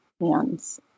hands